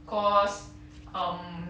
cause um